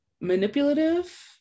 manipulative